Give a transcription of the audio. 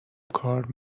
کار